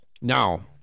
Now